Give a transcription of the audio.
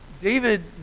David